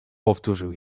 powtórzył